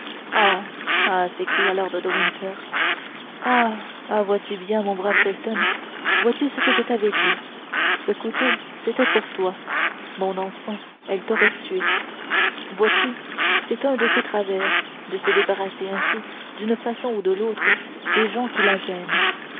ah ah s'écria lord de winter ah ah vois-tu bien mon brave felton vois-tu ce que je t'avais dit ce couteau c'était pour toi mon enfant elle t'aurait tué vois-tu c'est un de ses travers de se débarrasser ainsi d'une façon ou de l'autre des gens qui la gênent